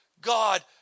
God